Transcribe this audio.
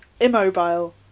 immobile